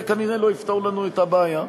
זה כנראה לא יפתור לנו את הבעיה.